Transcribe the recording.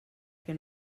què